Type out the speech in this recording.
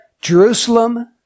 Jerusalem